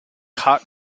cut